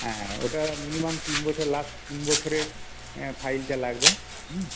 হ্যাঁ ওটা মিনিমান তিন বছর লাস্ট তিন বছরের ফাইলটা লাগবে হুম